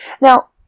Now